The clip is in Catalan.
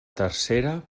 tercera